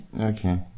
Okay